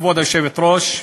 כבוד היושבת-ראש,